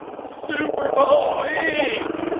super bowl week